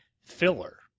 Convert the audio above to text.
filler